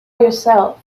yourself